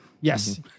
Yes